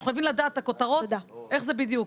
אנחנו חייבים לדעת את הכותרות, איך זה בדיוק.